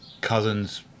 cousin's